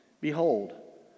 behold